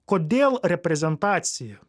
kodėl reprezentacija